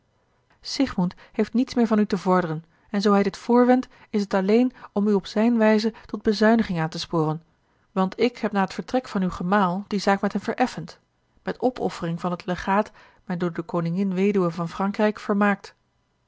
siegmund heeft niets meer van u te vorderen en zoo hij dit voorwendt is t alleen om u op zijne wijze tot bezuiniging aan te sporen want ik heb na het vertrek van uw gemaal die zaak met hem vereffend met opoffering van het legaat mij door de koningin weduwe van frankrijk vermaakt